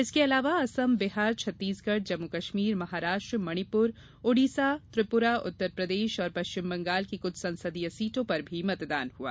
इसके अलावा असम बिहार छत्तीसगढ़ जम्मू कश्मीर महाराष्ट्र मणिपूर ओडिसा त्रिपुरा उत्तर प्रदेश और पश्चिम बंगाल की कुछ संसदीय सीटों पर भी मतदान हुआ